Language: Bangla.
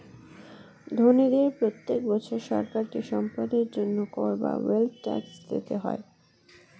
ধনীদের প্রত্যেক বছর সরকারকে সম্পদের জন্য কর বা ওয়েলথ ট্যাক্স দিতে হয়